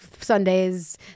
Sundays